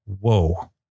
whoa